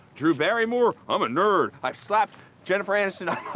drew barrymore, i'm a nerd! i've slapped jennifer aniston on